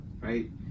right